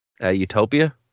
Utopia